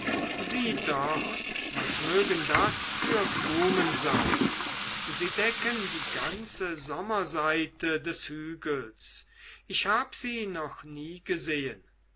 sieh dort was mögen das für blumen sein sie decken die ganze sommerseite des hügels ich hab sie noch nie gesehen